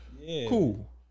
cool